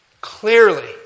Clearly